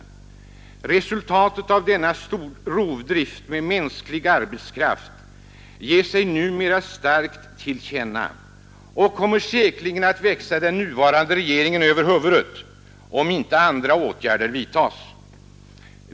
Resultatet av denna rovdrift med mänsklig arbetskraft ger sig numera starkt till känna och kommer säkerligen att växa den nuvarande regeringen över huvudet om inte andra åtgärder vidtas.